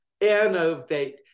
innovate